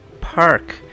park